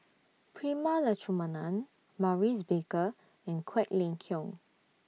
Prema Letchumanan Maurice Baker and Quek Ling Kiong